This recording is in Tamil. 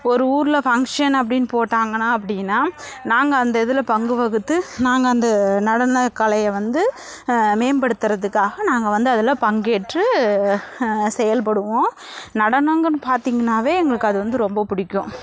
ஒரு ஊரில் ஃபங்க்ஷன் அப்படின்னு போட்டாங்கன்னா அப்படின்னா நாங்கள் அந்த இதில் பங்கு வகுத்து நாங்கள் அந்த நடனக்கலையை வந்து மேம்படுத்தறதுக்காக நாங்கள் வந்து அதில் பங்கேற்று செயல்படுவோம் நடனோம்னு பார்த்தீங்கனாவே எங்களுக்கு அது வந்து ரொம்ப பிடிக்கும்